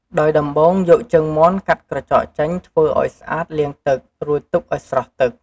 ដោយដំបូង យកជើងមាន់កាត់ក្រចកចេញធ្វើឱ្យស្អាតលាងទឹក រួចទុកឱ្យស្រស់ទឹក។